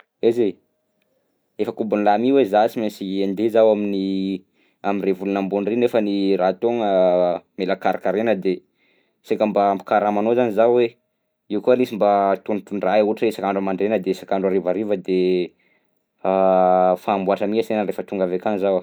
Aiza e! Efa kobon'lahy mi hoe za sy mainsy andeha zaho amin'ny am'ray volana ambony iry nefany raha taogna mila karakaraina de saika ampikaramanao zany za hoe io koa lesy mba tondrotondray ohatra hoe isak'andro mandraina de isak'andro harivariva de fa hamboatra mi ansena rehefa tonga avy akagny zaho.